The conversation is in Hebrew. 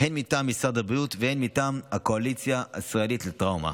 הן מטעם משרד הבריאות והן מטעם הקואליציה הישראלית לטראומה.